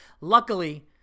luckily